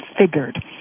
configured